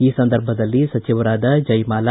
ಈ ಸಂದರ್ಭದಲ್ಲಿ ಸಚಿವರಾದ ಜಯಮಾಲ